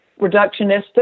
reductionistic